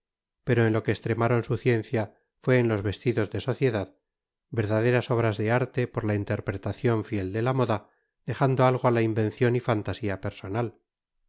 pero en lo que extremaron su ciencia fue en los vestidos de sociedad verdaderas obras de arte por la interpretación fiel de la moda dejando algo a la invención y fantasía personal